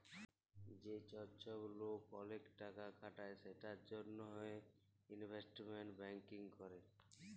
যে চ্ছব লোক ওলেক টাকা খাটায় সেটার জনহে ইলভেস্টমেন্ট ব্যাঙ্কিং ক্যরে